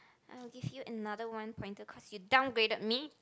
I'll give you another one pointer cause you down graded me